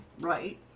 Right